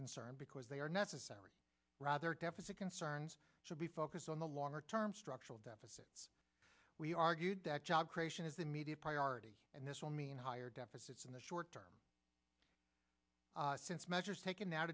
concern because they are necessary rather deficit concerns should be focused on the longer term structural deficit we argued that job creation is the immediate priority and this will mean higher deficits in the short term since measures taken now